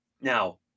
Now